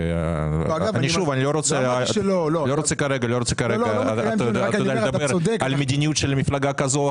אני לא רוצה כרגע לדבר על מדיניות של מפלגה כזו או